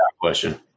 question